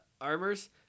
armors